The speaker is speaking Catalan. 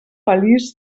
feliç